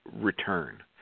return